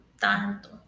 tanto